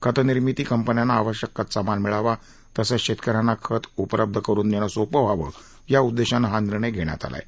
खतनिर्मिती कंपन्यांना आवश्यक कच्चा माल मिळावा तसंच शेतकऱ्यांना खतं उपलब्ध करून देणं सोपं व्हावं या उद्देशानं हा निर्णय घेण्यात आला आहे